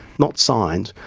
not signed,